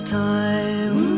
time